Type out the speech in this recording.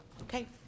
okay